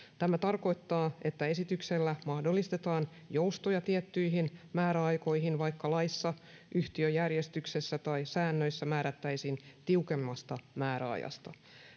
tämä tarkoittaa että esityksellä mahdollistetaan joustoja tiettyihin määräaikoihin vaikka laissa yhtiöjärjestyksessä tai säännöissä määrättäisiin tiukemmasta määräajasta